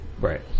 Right